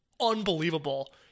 unbelievable